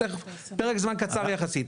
פרק זמן קצר יחסית.